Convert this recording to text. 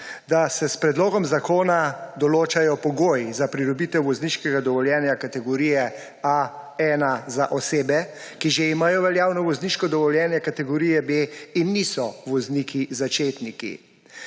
da se s predlogom zakona določajo pogoji za pridobitev vozniškega dovoljenja kategorije A1 za osebe, ki že imajo veljavno vozniško dovoljenje kategorije B in niso vozniki začetniki.